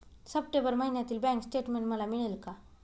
September महिन्यातील bank statement मला मिळेल का?